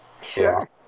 Sure